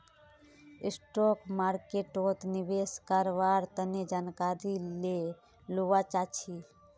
stock मार्केटोत निवेश कारवार तने जानकारी ले लुआ चाछी